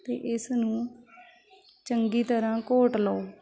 ਅਤੇ ਇਸਨੂੰ ਚੰਗੀ ਤਰ੍ਹਾਂ ਘੋਟ ਲਓ